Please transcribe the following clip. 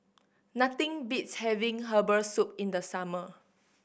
nothing beats having herbal soup in the summer